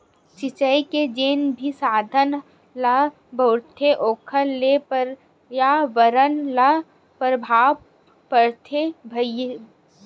सिचई के जेन भी साधन ल बउरथे ओखरो ले परयाबरन ल परभाव परथे भईर